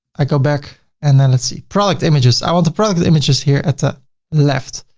i go back and then let's see, product images. i want the product images here at the left,